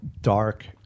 dark